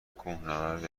کوهنورد